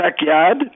backyard